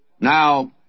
Now